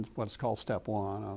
what it's called step one,